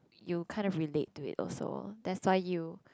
you kind of relate to it also that's why you